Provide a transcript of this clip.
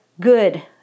good